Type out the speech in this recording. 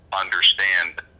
understand